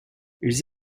ils